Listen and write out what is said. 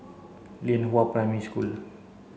Lianhua Primary School